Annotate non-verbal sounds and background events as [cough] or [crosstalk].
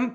[unintelligible]